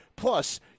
Plus